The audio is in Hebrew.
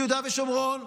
ביהודה ושומרון,